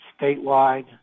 statewide